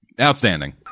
Outstanding